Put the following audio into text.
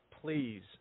please